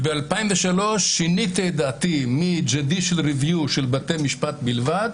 ב-2003 את דעתי מ-judicial review של בתי משפט בלבד,